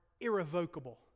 irrevocable